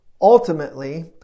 ultimately